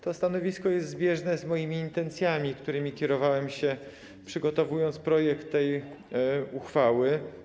To stanowisko jest zbieżne z moimi intencjami, którymi kierowałem się, przygotowując projekt tej uchwały.